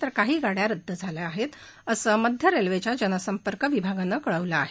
तर काही गाड्या रदद झाल्या आहेत असं मध्य रेल्वेच्या जनसंपर्क विभागानं कळवलं आहे